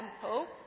temple